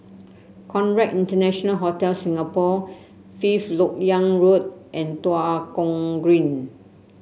Conrad International Hotel Singapore Fifth LoK Yang Road and Tua Kong Green